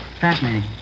Fascinating